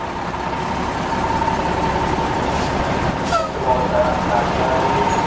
सोमावसार Narzary